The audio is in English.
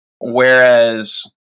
Whereas